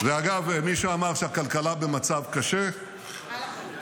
ואגב, מי שאמר שהכלכלה במצב קשה -- על הפנים.